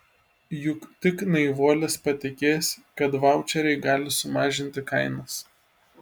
juk tik naivuolis patikės kad vaučeriai gali sumažinti kainas